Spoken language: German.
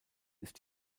ist